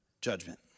judgment